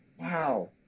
wow